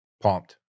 pumped